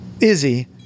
Izzy